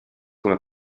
come